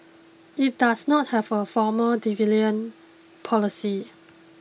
it does not have a formal policy